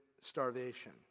starvation